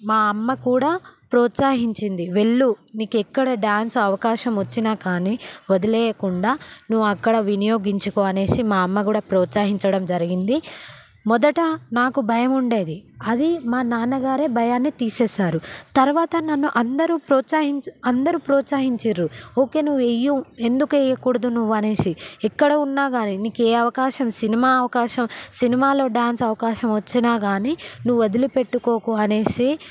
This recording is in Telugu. మా అమ్మ కూడా ప్రోత్సహించింది వెళ్ళు నీకు ఎక్కడ డ్యాన్స్ అవకాశం వచ్చినా కానీ వదిలేయకుండా నువ్వు అక్కడ వినియోగించుకో అనేసి మా అమ్మ కూడా ప్రోత్సహించడం జరిగింది మొదట నాకు భయం ఉండేది అది మా నాన్నగారే భయాన్ని తీసేశారు తర్వాత నన్ను అందరూ ప్రోత్సహించి అందరు ప్రోత్సహించారు ఓకే నువ్వు వెయ్యు ఎందుకు వేయకూడదు అనేసి ఎక్కడ ఉన్నా కానీ నీకు ఏ అవకాశం సినిమా అవకాశం సినిమాలో డ్యాన్స్ అవకాశం వచ్చినా కాని నువ్వు వదిలి పెట్టుకోకు అనేసి